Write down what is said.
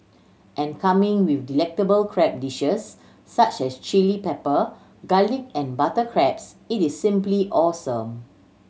and coming with delectable crab dishes such as chilli pepper garlic and butter crabs it is simply awesome